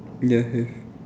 ya have